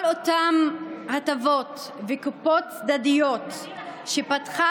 כל אותן הטבות וקופות צדדיות שפתחה